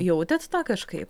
jautėt tą kažkaip